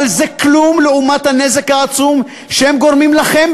אבל זה כלום לעומת הנזק העצום שהם גורמים לכם,